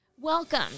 Welcome